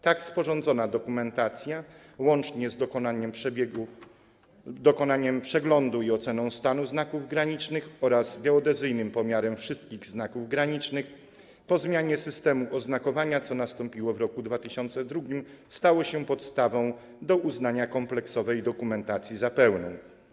Tak sporządzona dokumentacja łącznie z dokonaniem przeglądu i oceną stanu znaków granicznych oraz geodezyjnym pomiarem wszystkich znaków granicznych po zmianie systemu oznakowania, co nastąpiło w roku 2002, stała się podstawą do uznania kompleksowej dokumentacji za pełną.